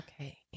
Okay